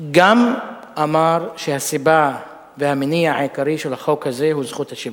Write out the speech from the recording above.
גם הוא אמר שהסיבה והמניע העיקרי של החוק הזה הם זכות השיבה.